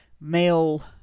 male